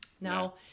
Now